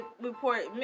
report